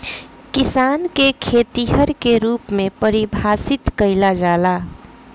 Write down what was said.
किसान के खेतिहर के रूप में परिभासित कईला जाला